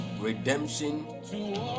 redemption